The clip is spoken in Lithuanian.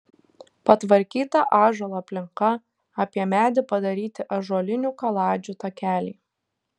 patvarkyta ąžuolo aplinka apie medį padaryti ąžuolinių kaladžių takeliai